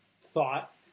thought